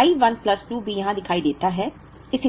I 1 plus 2 भी यहां दिखाई देता है